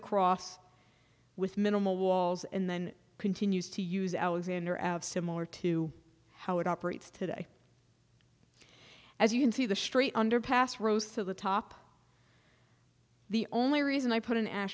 across with minimal walls and then continues to use alexander out similar to how it operates today as you can see the street underpass rose to the top the only reason i put an